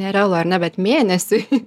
nerealu ar ne bet mėnesiui